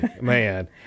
Man